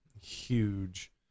huge